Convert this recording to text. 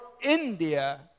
India